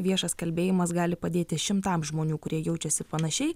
viešas kalbėjimas gali padėti šimtams žmonių kurie jaučiasi panašiai